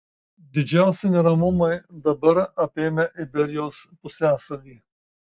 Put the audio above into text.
didžiausi neramumai dabar apėmę iberijos pusiasalį